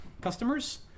customers